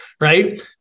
Right